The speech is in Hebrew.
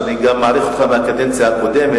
ואני גם מעריך אותך גם מהקדנציה הקודמת,